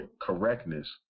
correctness